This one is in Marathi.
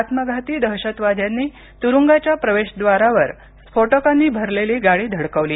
आत्मघाती दहशतवाद्यांनी तुरुंगाच्या प्रवेशद्वारावर स्फोटकांनी भरलेली गाडी धडकवली